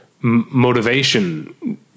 motivation